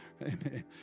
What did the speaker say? Amen